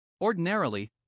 Ordinarily